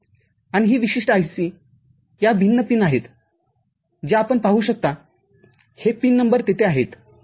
आणि ही विशिष्ट ICया भिन्न पिन आहेत ज्या आपण पाहू शकता हे पिन नंबर तिथे आहेत